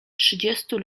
trzydziestu